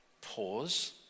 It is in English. pause